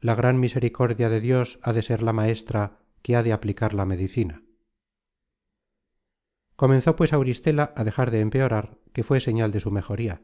la gran misericordia de dios ha de ser la maestra que ha de aplicar la medicina content from google book search generated at suave su comenzó pues auristela a dejar de empeorar que fué señal de su mejoría